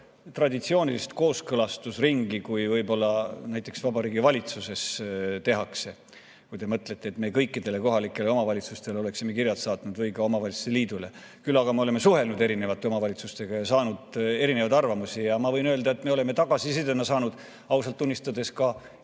sellist traditsioonilist kooskõlastusringi, kui võib-olla Vabariigi Valitsuses tehakse. Kui te mõtlete, kas me kõikidele kohalikele omavalitsustele oleme kirjad saatnud või ka omavalitsuste liidule, [siis seda mitte]. Küll aga me oleme suhelnud erinevate omavalitsustega ja saanud erinevaid arvamusi. Ma võin öelda, et me oleme tagasisidet saanud. Tunnistan ausalt